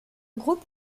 groupe